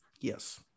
Yes